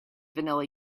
vanilla